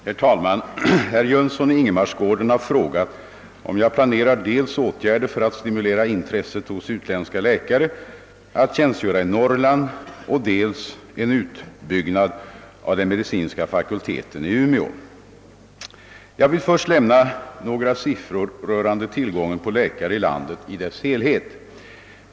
Herr talman! Herr Jönsson i Ingemarsgården har frågat om jag planerar dels åtgärder för att stimulera intresset hos utländska läkare att tjänstgöra i Norrland, dels en utbyggnad av den medicinska fakulteten i Umeå. Jag vill först lämna några siffror rörande tillgången på läkare i landet i dess helhet.